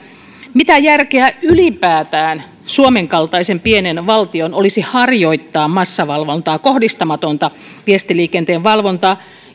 mitä järkeä ylipäätään suomen kaltaisen pienen valtion olisi harjoittaa massavalvontaa kohdistamatonta viestiliikenteen valvontaa